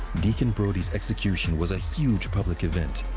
deacon brodie's execution was a huge public event.